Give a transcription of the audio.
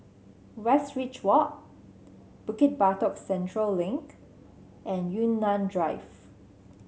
Westridge Walk Bukit Batok Central Link and Yunnan Drive